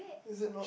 is it not